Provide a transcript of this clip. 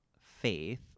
faith